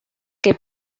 que